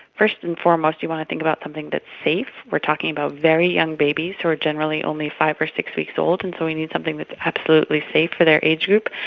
first and foremost you want to think about something that's safe. we're talking about very young babies who are generally only five or six weeks old, and so we need something that is absolutely safe for their age group.